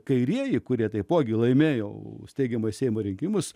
kairieji kurie taipogi laimėjau steigiamojo seimo rinkimus